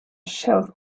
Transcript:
shelf